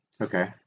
Okay